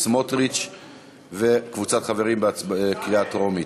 סמוטריץ וקבוצת חברים, בקריאה טרומית.